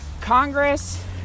Congress